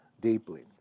deeply